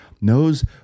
knows